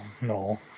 no